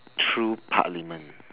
through parliament